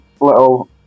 little